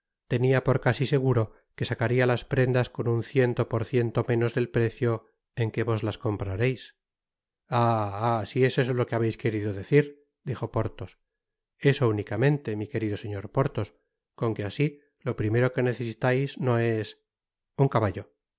tenia por casi seguro que sacaria las prendas con un ciento por ciento menos del precio en que vos las comprareis ah i ah si es eso lo que habeis querido decir dijo porthos eso únicamente mi querido señor porthos con que asi lo primero que necesitais no es un caballo eso